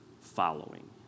following